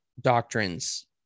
doctrines